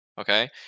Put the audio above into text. Okay